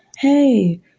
Hey